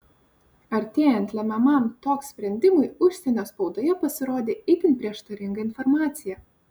artėjant lemiamam tok sprendimui užsienio spaudoje pasirodė itin prieštaringa informacija